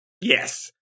yes